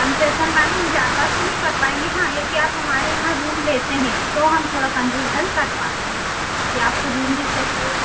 concession madam ज़्यादा तो नहीं कर पाएँगे हाँ यदि आप हमारे यहाँ रूम लेते हें तो हम थोड़ा कन्जेसन कर पाते हें जी आपको रूम भी चाहिए